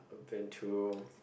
been to